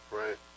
right